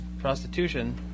prostitution